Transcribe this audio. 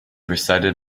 recited